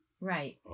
Right